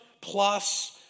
plus